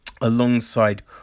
alongside